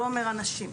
זה לא אומר אנשים.